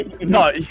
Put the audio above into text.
No